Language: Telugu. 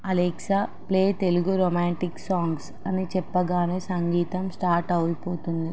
Alexa play Telugu romantic songs అని చెప్పగానే సంగీతం స్టార్ట్ అయిపోతుంది